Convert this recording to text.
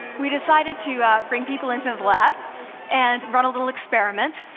we decided to bring people into the lab and run a little experiment,